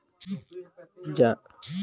जानवर पोसे हर कोनो असान बूता नोहे